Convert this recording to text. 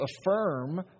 affirm